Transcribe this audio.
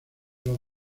los